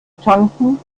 tanken